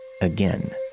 again